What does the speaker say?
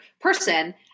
person